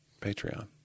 Patreon